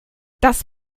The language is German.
das